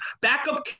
backup